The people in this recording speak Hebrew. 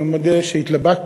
אני מודה שהתלבטתי